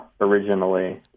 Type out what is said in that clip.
originally